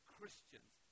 Christians